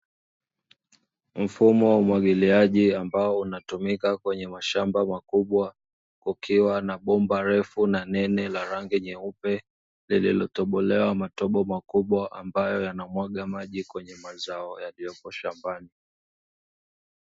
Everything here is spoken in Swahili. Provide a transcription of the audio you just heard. Mfumo wa umwagiliaji, ambao unatumika kwenye mashamba makubwa, ukiwa na bomba refu na nene la rangi nyeupe lililotobolewa matobo makubwa, ambalo yanamwaga maji kwenye mazao yaliyopo shambani.